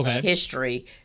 history